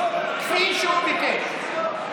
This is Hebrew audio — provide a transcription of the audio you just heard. כפי שהוא ביקש.